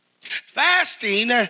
Fasting